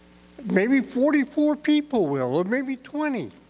maybe forty four people will or maybe twenty.